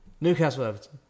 Newcastle-Everton